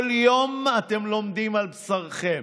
כל יום אתם לומדים על בשרכם,